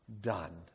done